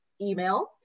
email